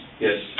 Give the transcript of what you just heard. Yes